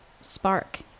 spark